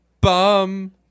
bum